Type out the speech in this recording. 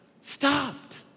stopped